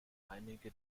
einige